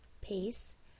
peace